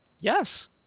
Yes